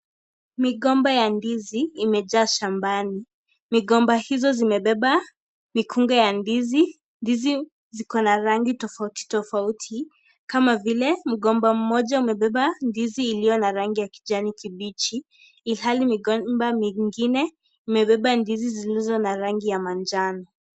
Migomba ya ndizi imejaa shambani, migomba hizo zimebeba mikunga ya ndizi, ndizi zikona rangi tofauti tofauti, kama vile mgomba moja imebeba ndizi iliyo na rangi ya kijani kibichi, ilhali migomba zingine zimebeba ndizi zilizo na rangi ya manjano.